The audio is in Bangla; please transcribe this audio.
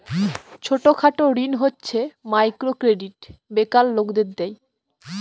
ছোট খাটো ঋণ হচ্ছে মাইক্রো ক্রেডিট বেকার লোকদের দেয়